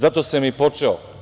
Zato sam i počeo.